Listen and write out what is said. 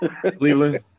Cleveland